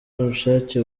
n’ubushake